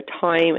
time